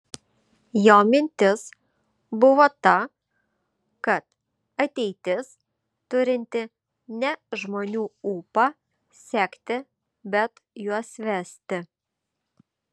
jo mintis buvo ta kad ateitis turinti ne žmonių ūpą sekti bet juos vesti